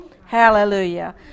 hallelujah